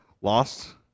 Lost